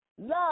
Love